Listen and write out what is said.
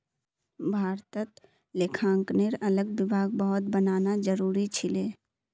भारतत लेखांकनेर अलग विभाग बहुत बनाना जरूरी छिले